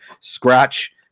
scratch